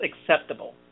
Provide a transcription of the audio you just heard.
acceptable